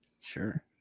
sure